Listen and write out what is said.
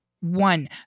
one